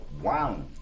wow